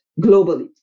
globally